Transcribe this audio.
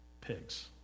pigs